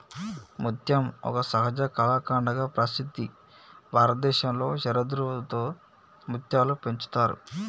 ముత్యం ఒక సహజ కళాఖండంగా ప్రసిద్ధి భారతదేశంలో శరదృతువులో ముత్యాలు పెంచుతారు